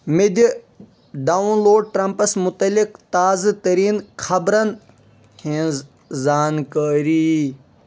مےٚ دِ download Trump's مُتعلِق تازٕ تٔریٖن خبرن ہِنز زانکٲری